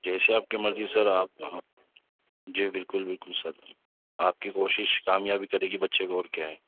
جیسی آپ کی مرضی سر آپ آپ جی بالکل بالکل سر آپ کی کوشش کامیاب ہی کرے گی بچے کو اور کیا ہے